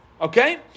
Okay